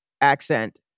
accent